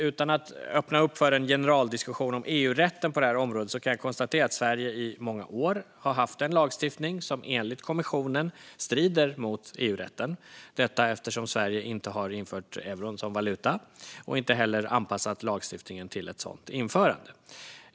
Utan att öppna för en generaldiskussion om EU-rätten på området kan jag konstatera att Sverige i många år har haft en lagstiftning som enligt kommissionen strider mot EU-rätten, detta eftersom Sverige inte har infört euron som valuta och inte heller anpassat lagstiftningen till ett sådant införande.